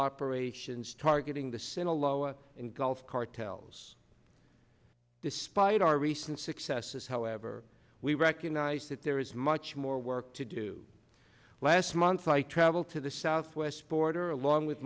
operations targeting the single lower and gulf cartels despite our recent successes however we recognize that there is much more work to do last month i traveled to the southwest border along with